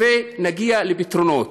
ונגיע לפתרונות.